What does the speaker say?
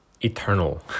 eternal